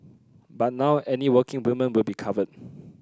but now any working woman will be covered